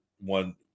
one